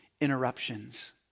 interruptions